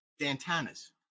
Dantana's